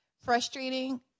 frustrating